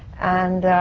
and